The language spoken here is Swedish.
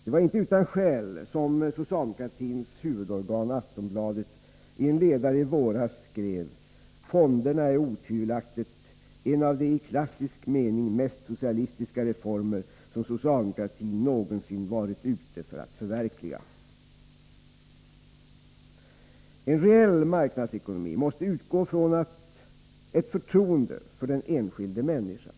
Det var inte utan skäl som socialdemokratins huvudorgan Aftonbladet i en ledare i våras skrev: ”Fonderna är otvivelaktigt en av de i klassisk mening mest socialistiska reformer som socialdemokratin någonsin varit ute för att förverkliga.” En reell marknadsekonomi måste utgå från ett förtroende för den enskilda människan.